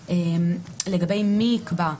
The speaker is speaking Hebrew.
לגבי מי יקבע,